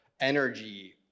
energy